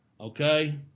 Okay